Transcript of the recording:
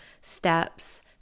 steps